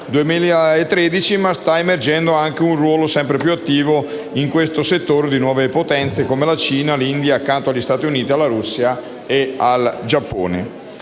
Inoltre, sta emergendo anche il ruolo sempre più attivo, in questo settore, di nuove potenze come la Cina e l'India accanto agli Stati Uniti, alla Russia e al Giappone.